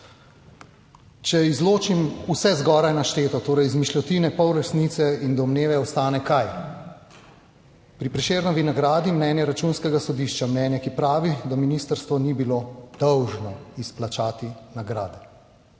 Če izločim vse zgoraj našteto, torej izmišljotine, pol resnice in domneve, ostane kaj? Pri Prešernovi nagradi mnenje Računskega sodišča, mnenje, ki pravi, da ministrstvo ni bilo dolžno izplačati nagrade.